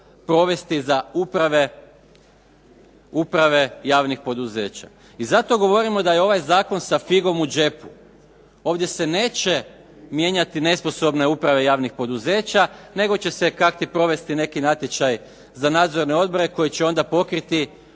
provesti za uprave javnih poduzeća i zato govorimo da je ovaj zakon sa figom u džepu. Ovdje se neće mijenjati nesposobne uprave javnih poduzeća nego će se kao provesti neki natječaj za nadzorne odbore koji će onda pokriti